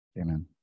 Amen